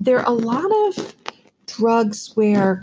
there are a lot of drugs where